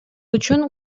үчүн